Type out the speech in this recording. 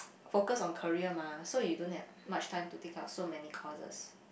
focus on career mah so you don't have much time to take care of so many courses